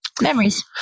Memories